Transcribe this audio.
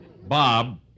Bob